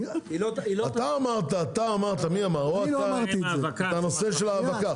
אמרתם את הנושא של ההאבקה,